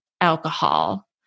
alcohol